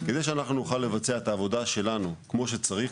כדי שאנחנו נוכל לבצע את העבודה שלנו כמו שצריך,